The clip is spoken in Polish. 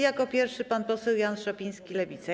Jako pierwszy pan poseł Jan Szopiński, Lewica.